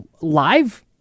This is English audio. live